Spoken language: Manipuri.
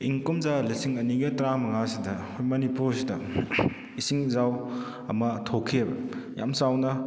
ꯏꯪ ꯀꯨꯝꯖꯥ ꯂꯤꯁꯤꯡ ꯑꯅꯤꯒ ꯇꯔꯥ ꯃꯉꯥꯁꯤꯗ ꯑꯩꯈꯣꯏ ꯃꯅꯤꯄꯨꯔꯁꯤꯗ ꯏꯁꯤꯡ ꯏꯆꯥꯎ ꯑꯃ ꯊꯣꯛꯈꯤꯑꯕ ꯌꯥꯝ ꯆꯥꯎꯅ